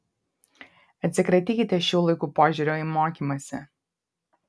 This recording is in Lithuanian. atsikratykite šių laikų požiūrio į mokymąsi